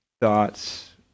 thoughts